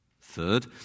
Third